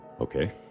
Okay